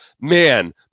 man